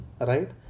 right